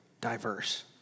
diverse